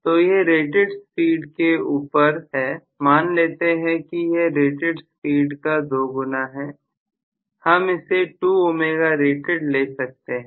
तो यह rated speed के ऊपर है मान लेते हैं कि यह रेटेड स्पीड का 2 गुना है हम इसे 2ωrated ले सकते हैं